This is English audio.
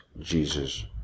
Jesus